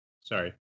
Sorry